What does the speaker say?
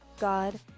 God